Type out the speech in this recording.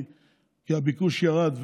כי הביקוש ירד,